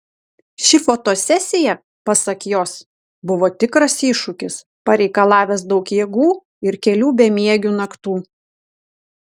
ši fotosesija pasak jos buvo tikras iššūkis pareikalavęs daug jėgų ir kelių bemiegių naktų